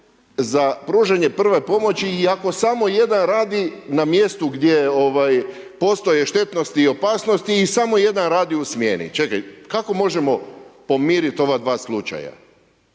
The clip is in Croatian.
za pružanje prve pomoći i ako samo jedan radi na mjestu gdje postoje štetnosti i opasnosti i samo jedan radi u smjeni. Čekaj, kako možemo pomiriti ova dva slučaja,